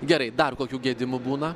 gerai dar kokių gedimų būna